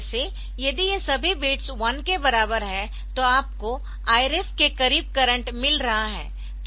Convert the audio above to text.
जैसे यदि ये सभी बिट्स 1 के बराबर है तो आपको Iref के करीब करंट मिल रहा है